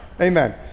amen